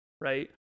right